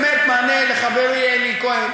באמת מענה לחברי אלי כהן: